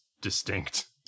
distinct